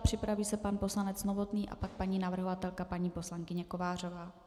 Připraví se pan poslanec Novotný a pak paní navrhovatelka paní poslankyně Kovářová.